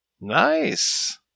Nice